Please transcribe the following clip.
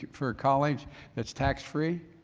for college that's tax free,